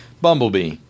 Bumblebee